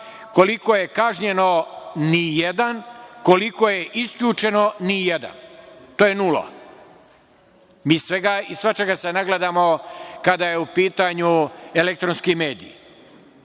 koliko je kažnjeno – nijedan, koliko je isključeno – nijedan, to je nula. Mi svega i svačega se nagledamo kada je u pitanju elektronski medij,